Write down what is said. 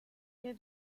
que